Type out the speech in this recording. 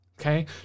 okay